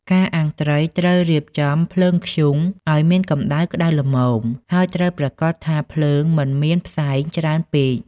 ការអាំងត្រីត្រូវរៀបចំ ភ្លើងធ្យូង ឲ្យមានកម្ដៅក្តៅល្មម ហើយត្រូវប្រាកដថាភ្លើងមិនមានផ្សែងច្រើនពេក។